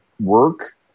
work